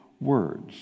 words